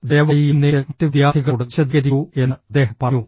ദയവായി എഴുന്നേറ്റ് മറ്റ് വിദ്യാർത്ഥികളോട് വിശദീകരിക്കൂ എന്ന് അദ്ദേഹം പറഞ്ഞു